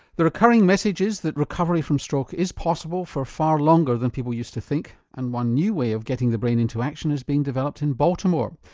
the recurring message is that recovery from stroke is possible for far longer than people used to think and one new way of getting the brain into action is being developed in baltimore.